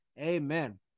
Amen